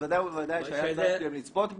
בוודאי ובוודאי שהיה צריך גם לצפות בה,